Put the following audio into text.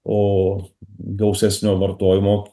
o gausesnio vartojimo